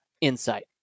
insight